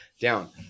down